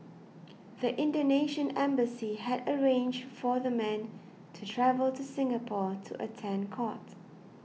the Indonesian embassy had arranged for the men to travel to Singapore to attend court